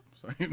Sorry